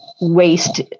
waste